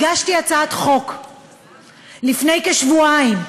הגשתי הצעת חוק לפני כשבועיים,